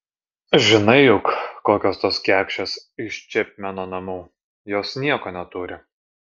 žinai juk kokios tos kekšės iš čepmeno namų jos nieko neturi